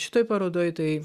šitoj parodoj tai